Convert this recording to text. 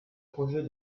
projet